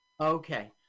Okay